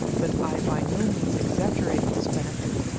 but i by no means exaggerate this benefit,